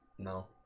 No